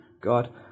God